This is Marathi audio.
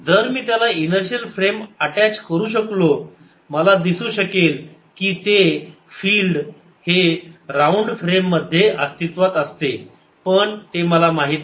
जर मी त्याला इनर्शिअल फ्रेम अटॅच करू शकलो मला दिसू शकेल की ते फिल्ड हे ग्राउंड फ्रेम मध्ये अस्तित्वात असते पण ते मला माहित नाही